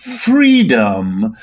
freedom